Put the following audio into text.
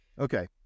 Okay